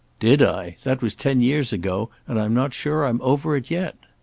did i? that was ten years ago, and i'm not sure i'm over it yet.